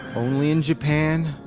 only in japan,